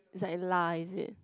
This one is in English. is like lah is it